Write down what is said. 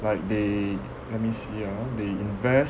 like they let me see ah they invest